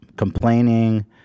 Complaining